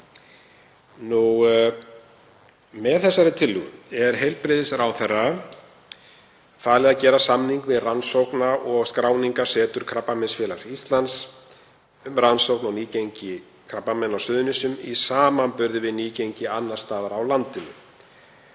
Með henni er heilbrigðisráðherra falið að gera samning við Rannsókna- og skráningarsetur Krabbameinsfélags Íslands um rannsókn á nýgengi krabbameina á Suðurnesjum í samanburði við nýgengi annars staðar á landinu.